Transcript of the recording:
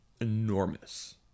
enormous